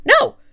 No